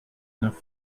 neuf